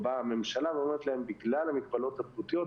או באה הממשלה ואומרת להם: בגלל המגבלות הבריאותיות,